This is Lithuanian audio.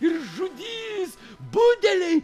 ir žudys budeliai